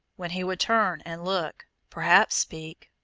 when he would turn and look, perhaps speak,